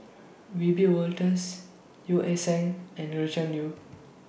Wiebe Wolters Yeo Ah Seng and Gretchen Liu